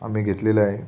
आम्ही घेतलेले आहे